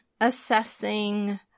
assessing